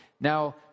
Now